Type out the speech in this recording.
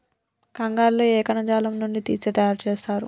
కంగారు లో ఏ కణజాలం నుండి తీసి తయారు చేస్తారు?